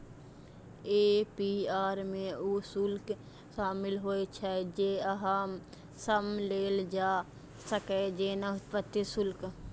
APR मे ऊ शुल्क शामिल होइ छै, जे अहां सं लेल जा सकैए, जेना उत्पत्ति शुल्क